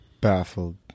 Baffled